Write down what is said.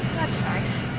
that's nice.